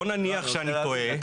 בוא נניח שאני טועה,